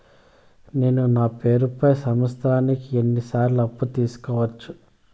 నేను నా పేరుపై సంవత్సరానికి ఎన్ని సార్లు అప్పు తీసుకోవచ్చు?